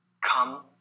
come